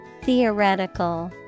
Theoretical